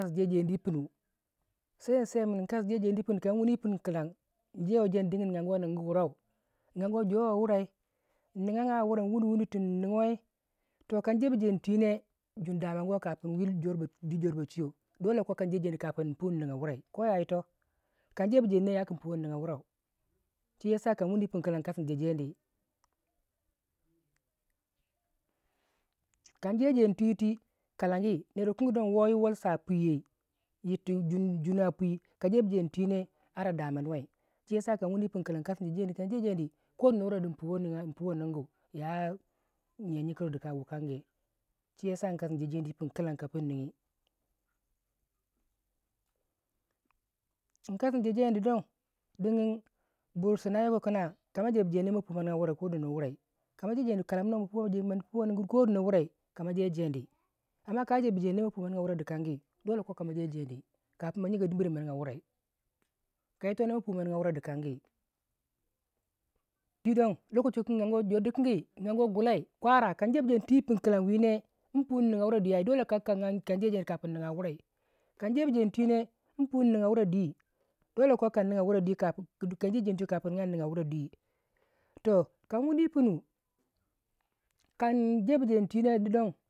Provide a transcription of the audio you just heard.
sai nsai kin nkassi jenju jeni yi fin kilan dingin aguwei ninga wurau aguwei jowei wurai nnagawei wuragyi wunuwunu tun nigiwei toh kan jebu jeni twii ne jun dama guwai kapin dwii jor ba shiyo dolle kokan je ni kapin npu nniga wurai koh yayitoh kan jebu jeni ne nyapui nniga wurai chiyasa kan wuni yi pinu nkasi nje jeni kan je jeni twi yiti kalagi ner wukan ke don woyi wolsa a bwiyei yir tu jin jine a bwii ka jebu jeni twi ne ra damaniwei chiyasa kan wuni yi pinnu kilan nkasi yi je jeni kan je jeni koh dono wurai npuwai ningu ya jyiyau jyikirik wukangu chiyasa nkasi nje jeni yi pin kilan ka pinnigyi nkasi yi je jeni don digin bur sina yokoko kina kama jebu jeni twiine ma pui ma nigya wurai kama jejeni kalaminu wei ma puwei nigya kodono wurai ka je jeni amma kama jebu jeni ne ma bwui ma nigya wurai dikan gi dolle kokama je jeni kafin ma jyiga dimire ma nigya wurai kayito ne ma bwui ma nigya wurai dikan gi mii don mii lokaciwukan ke aguwai jor dikin gi aguwai gullai kwara kan jebu jeni twii yi pin kilan wii ne npui nnigya wurai dwii ai dolle kokan agi nje jeni kapin inigya wurai kan jebu jeni twi ne npui innigya wurai dwii dolle kokan nigya wura dwii toh kan wuni yi pinu kan jebu jenitwii ne